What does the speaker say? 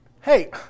Hey